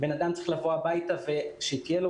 אדם צריך לבוא הביתה ושתהיה לו